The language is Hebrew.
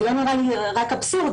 זה לא נראה לי רק אבסורד,